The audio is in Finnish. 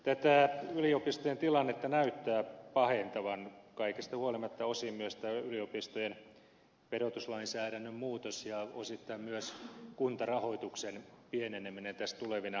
tätä yliopistojen tilannetta näyttää pahentavan kaikesta huolimatta osin myös tämä yliopistojen verotuslainsäädännön muutos ja osittain myös kuntarahoituksen pieneneminen tulevina vuosina